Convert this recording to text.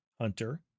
Hunter